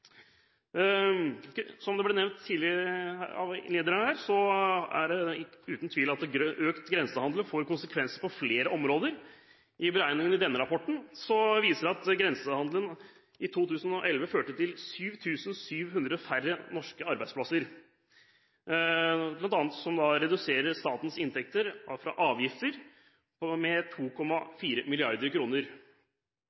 Som det ble nevnt her tidligere, er det uten tvil slik som det sies i rapporten: «Økt grensehandel får konsekvenser på flere områder. Beregningene i denne rapporten viser at: – grensehandelen i 2011 førte til 7700 færre norske arbeidsplasser – grensehandel og taxfree-handel reduserte statens inntekter fra avgifter med